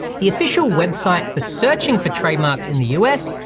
the official website for searching for trademarks in the u s.